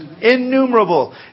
Innumerable